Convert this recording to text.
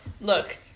look